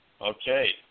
Okay